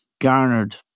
garnered